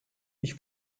ich